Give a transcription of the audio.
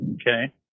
Okay